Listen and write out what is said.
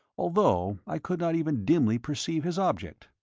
although i could not even dimly perceive his object.